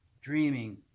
dreaming